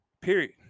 period